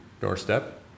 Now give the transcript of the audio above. doorstep